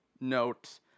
note